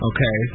Okay